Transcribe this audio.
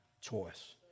choice